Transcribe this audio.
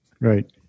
Right